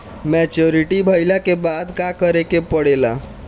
Maturity भईला के बाद का करे के पड़ेला?